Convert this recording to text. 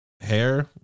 hair